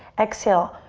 exhale,